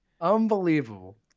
unbelievable